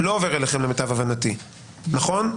למיטב הבנתי לא עובר אליכם, נכון?